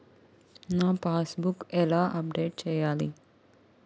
నా passbook ఎలా update చేయాలి?